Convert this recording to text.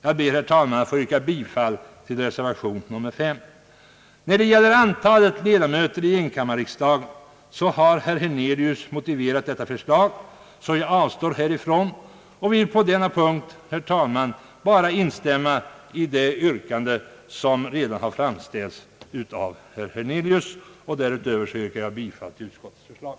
Jag ber, herr talman, att få yrka bifall till reservation nr 5; När det gäller antalet ledamöter i enkammarriksdagen, har herr Hernelius motiverat förslaget om 300 ledamöter, varför jag på denna punkt, herr talman, kan inskränka mig till att instämma i det yrkande som redan framställts av herr Hernelius. I övrigt yrkar jag bifall till utskottets förslag.